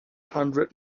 hundred